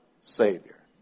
Savior